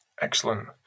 Excellent